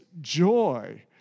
joy